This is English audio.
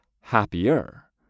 happier